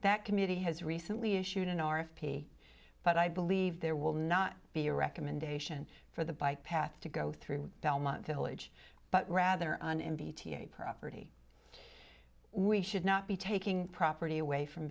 that committee has recently issued an r f p but i believe there will not be a recommendation for the bike path to go through belmont village but rather on m b t a property we should not be taking property away from